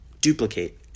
Duplicate